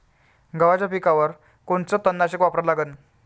गव्हाच्या पिकावर कोनचं तननाशक वापरा लागन?